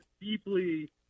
deeply